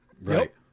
Right